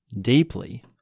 deeply